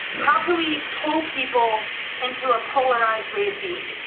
how can we pull people into a polarized wave being.